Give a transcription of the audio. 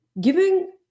Giving